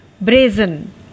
brazen